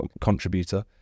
contributor